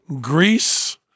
Greece